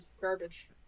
garbage